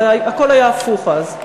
הכול היה הפוך אז.